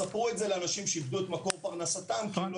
ספרו את זה לאנשים שאיבדו את מקור פרסתם כי לא